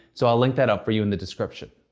so i'll link that up for you in the description.